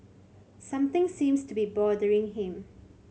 something seems to be bothering him